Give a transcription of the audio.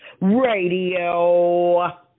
radio